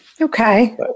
Okay